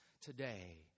today